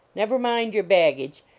never mind your baggage,